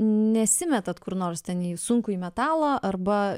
nesimetat kur nors ten į sunkųjį metalą arba